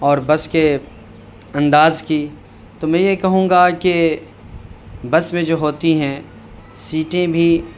اور بس کے انداز کی تو میں یہ کہوں گا کہ بس میں جو ہوتی ہیں سیٹیں بھی